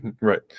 right